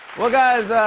well, guys,